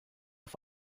auf